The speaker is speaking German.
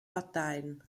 parteien